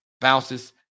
bounces